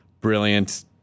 brilliant